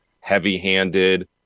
heavy-handed